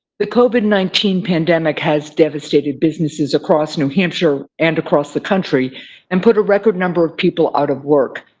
the covid nineteen pandemic has devastated businesses across new hampshire and across the country and put a record number of people out of work.